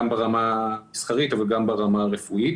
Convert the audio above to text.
גם ברמה סקרית אבל גם ברמה הרפואית.